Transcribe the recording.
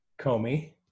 Comey